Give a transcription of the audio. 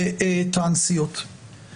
טרנסג'נדרים וטרנסיות.